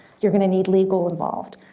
you're going to need legal involved.